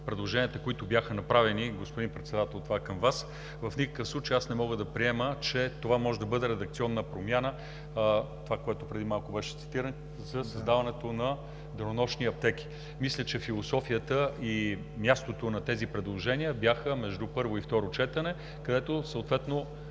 предложенията, които бяха направени – господин Председател, това е към Вас, в никакъв случай аз не мога да приема, че това може да бъде редакционна промяна – това, което преди малко беше цитирано, за създаването на денонощни аптеки. Мисля, че философията и мястото на тези предложения бяха между първо и второ четене, където съответно